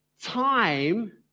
time